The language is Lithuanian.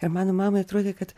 ir mano mamai atrodė kad